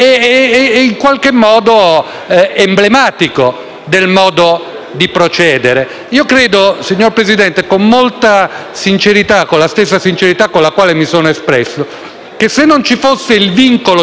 Credo, signor Presidente, con molta sincerità, con la stessa sincerità con la quale mi sono espresso, che se non vi fosse il vincolo di cui sopra, cioè il fatto di non poter correggere il disegno